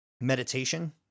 meditation